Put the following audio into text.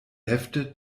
hefte